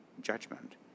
judgment